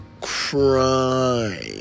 crime